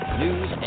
news